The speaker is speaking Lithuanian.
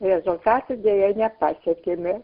rezultatų deja nepasiekėme